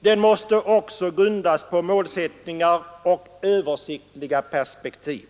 Den måste också grundas på målsättningar och översiktliga perspektiv.